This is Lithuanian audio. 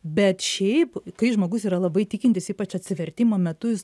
bet šiaip kai žmogus yra labai tikintis ypač atsivertimo metu jis